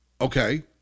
Okay